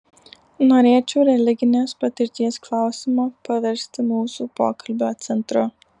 norėčiau religinės patirties klausimą paversti mūsų pokalbio centru